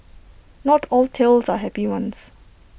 not all tales are happy ones